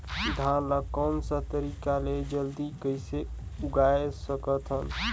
धान ला कोन सा तरीका ले जल्दी कइसे उगाय सकथन?